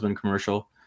commercial